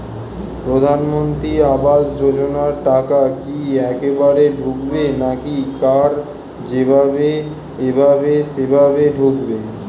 প্রধানমন্ত্রী আবাস যোজনার টাকা কি একবারে ঢুকবে নাকি কার যেভাবে এভাবে সেভাবে ঢুকবে?